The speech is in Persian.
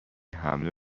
حمله